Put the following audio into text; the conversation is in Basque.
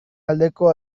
aldeko